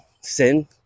sin